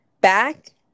back